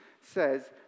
says